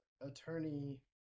attorney